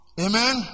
Amen